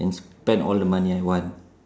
spend all the money I want